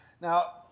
Now